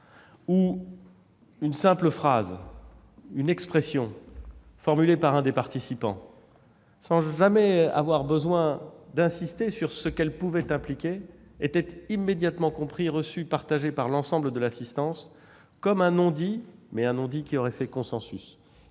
où une simple phrase ou expression formulée par un des participants, sans jamais avoir besoin d'insister sur ce qu'elle pouvait impliquer, était immédiatement comprise, reçue et partagée par l'ensemble de l'assistance comme un non-dit, mais un non-dit qui aurait fait consensus.